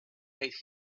made